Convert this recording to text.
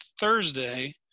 Thursday